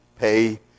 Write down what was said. pay